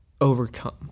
overcome